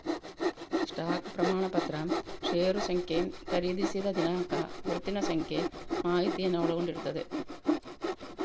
stock ಪ್ರಮಾಣಪತ್ರ ಷೇರು ಸಂಖ್ಯೆ, ಖರೀದಿಸಿದ ದಿನಾಂಕ, ಗುರುತಿನ ಸಂಖ್ಯೆ ಮಾಹಿತಿಯನ್ನ ಒಳಗೊಂಡಿರ್ತದೆ